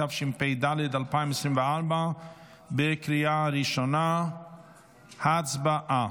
התשפ"ד 2024. הצבעה.